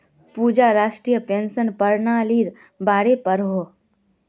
पूजा राष्ट्रीय पेंशन पर्नालिर बारे पढ़ोह